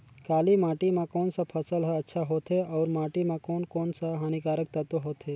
काली माटी मां कोन सा फसल ह अच्छा होथे अउर माटी म कोन कोन स हानिकारक तत्व होथे?